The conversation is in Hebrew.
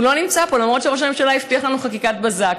הוא לא נמצא פה למרות שראש הממשלה הבטיח לנו חקיקת בזק.